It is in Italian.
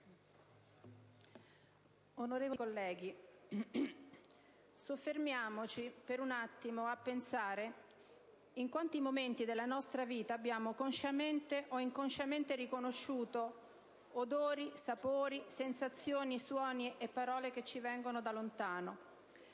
Onorevoli colleghi, soffermiamoci per un attimo a pensare in quanti momenti della nostra vita abbiamo consciamente o inconsciamente riconosciuto odori, sapori, sensazioni, suoni e parole che ci vengono da lontano,